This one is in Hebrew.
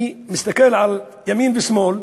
אני מסתכל ימינה ושמאלה,